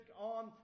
on